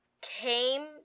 came